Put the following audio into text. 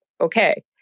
okay